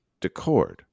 Decord